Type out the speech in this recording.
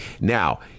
Now